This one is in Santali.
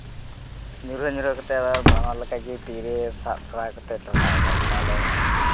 ᱧᱩᱨᱦᱟᱹ ᱧᱩᱨᱦᱟᱹ ᱠᱟᱛᱮ ᱟᱵᱟᱨ ᱵᱟᱱᱚᱨ ᱞᱮᱠᱟᱜᱮ ᱛᱤᱨᱮ ᱥᱟᱵ ᱴᱨᱟᱭ ᱠᱟᱛᱮ ᱴᱟᱨᱦᱟᱜ ᱠᱟᱱ ᱛᱟᱦᱮᱸ ᱱᱟᱞᱮ